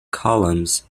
columns